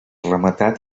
rematat